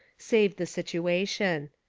saved the situation.